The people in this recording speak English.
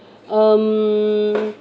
um